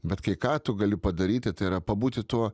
bet kai ką tu gali padaryti tai yra pabūti tuo